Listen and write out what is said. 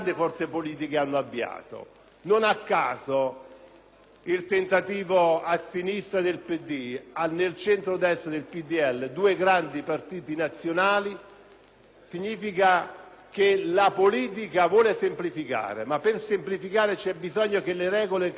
operato a sinistra dal PD e nel centrodestra dal PdL, due grandi partiti nazionali, sta a significare che la politica vuole semplificare, ma per farlo c'è bisogno che le regole che accompagnano l'attribuzione della responsabilità di governo